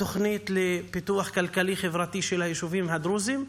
התוכנית לפיתוח כלכלי-חברתי של היישובים הדרוזיים,